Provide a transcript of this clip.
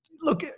look